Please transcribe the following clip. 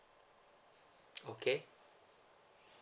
okay